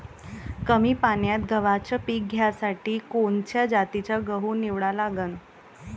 कमी पान्यात गव्हाचं पीक घ्यासाठी कोनच्या जातीचा गहू निवडा लागन?